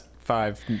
Five